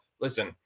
listen